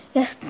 Yes